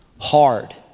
hard